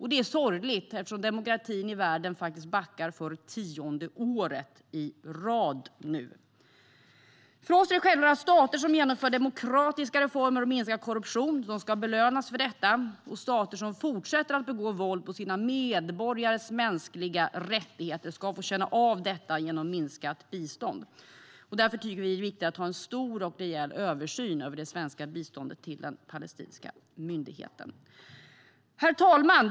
Det är sorgligt, eftersom demokratin i världen faktiskt backar för tionde året i rad nu. För oss är det självklart att stater som genomför demokratiska reformer och minskar korruption ska belönas för detta. Stater som fortsätter att begå våld på sina medborgares mänskliga rättigheter ska få känna av detta genom minskat bistånd. Därför tycker vi att det är viktigt med en stor och rejäl översyn över det svenska biståndet till den palestinska myndigheten. Herr talman!